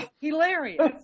hilarious